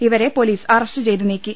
ഇവരെ police arrest ചെയ്തു നീക്കി